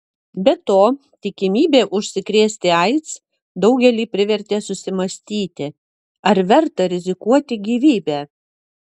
be to tikimybė užsikrėsti aids daugelį privertė susimąstyti ar verta rizikuoti gyvybe